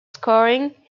scoring